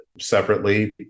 separately